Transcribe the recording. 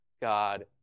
God